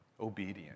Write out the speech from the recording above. obedient